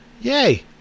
Yay